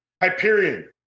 Hyperion